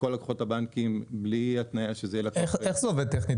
לכל לקוחות הבנקים בלי התניה שזה יהיה לקוח --- איך זה עובד טכנית?